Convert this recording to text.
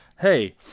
Hey